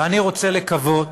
ואני רוצה לקוות